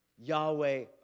Yahweh